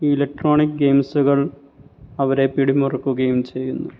electronic ഗെയിംസുകൾ അവരെ പിടി മുറുക്കുകയും ചെയ്യുന്നു